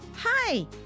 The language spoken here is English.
Hi